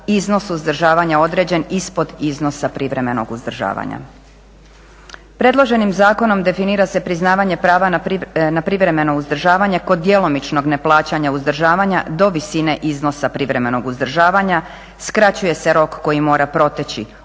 iznos uzdržavanja određen ispod iznosa privremenog uzdržavanja. Predloženim zakonom definira se priznavanje prava na privremeno uzdržavanje kod djelomičnog neplaćanja uzdržavanja do visine iznosa privremenog uzdržavanja, skraćuje se rok koji mora proteći